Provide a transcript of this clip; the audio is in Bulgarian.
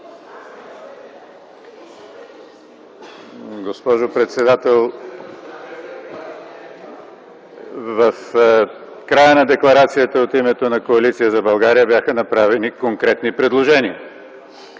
Госпожо председател, в края на декларацията от името на Коалиция за България бяха направени конкретни предложения.